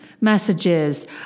messages